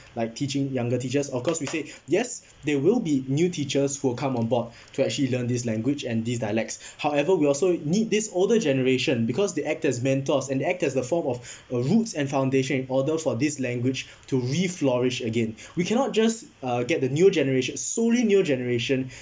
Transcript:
like teaching younger teachers of course we say yes there will be new teachers will come on board to actually learn this language and this dialects however we also need this older generation because they act as mentors and they act as a form of roots and foundation in order for this language to re-flourish again we cannot just uh get the new generati~ solely new generation